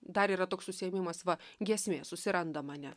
dar yra toks užsiėmimas va giesmė susiranda mane